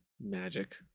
magic